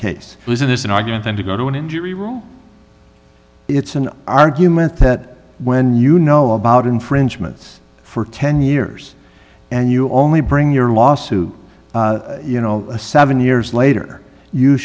because it is an argument and to go to an injury rule it's an argument that when you know about infringements for ten years and you only bring your lawsuit you know seven years later you